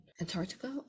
Antarctica